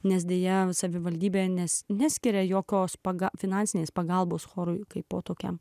nes deja savivaldybė nes neskiria jokios pagal finansinės pagalbos chorui kaipo tokiam